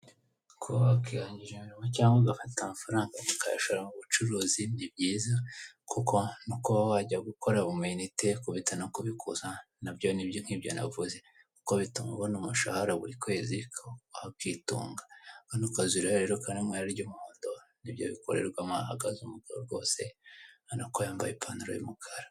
Kuba wakihangira umurimo, cyangwa ugafata amafaranga ukayashora mu bucuruzi ni byiza. Kuko no kuba wajya gukora mu amayinite (kubitsa no kubikuza) nabyo nibyo nk'ibyo navuze, kuko bituma ubona umushahara buri kwezi wakitunga. aka kazu rero kari mw'ibara ry'umuhondo nibyo bikorerwamo. Hahagaze umugabo, anakora yambaye ipantaro y'umukara.